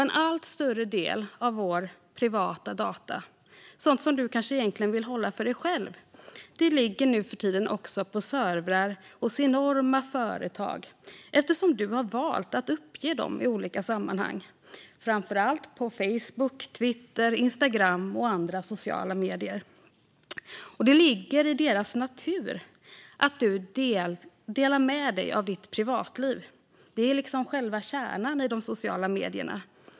En allt större del av våra privata data, sådant du egentligen vill hålla för dig själv, ligger nu för tiden också på servrar hos enorma företag, eftersom du har valt att uppge dem i olika sammanhang - framför allt på Facebook, Twitter, Instagram och andra sociala medier. Det ligger i deras natur att du delar med dig av ditt privatliv. Det är själva kärnan i de sociala medierna.